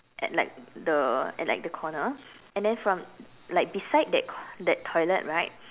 at like the at like then corner and then from like from beside that that toilet right